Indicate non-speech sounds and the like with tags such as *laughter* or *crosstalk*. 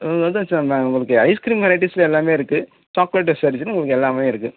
*unintelligible* sir நாங்கள் உங்களுக்கு ice cream வெரைட்டிஸ்ல எல்லாமே இருக்குது சாக்லேட்ஸ் *unintelligible* உங்களுக்கு எல்லாமே இருக்குது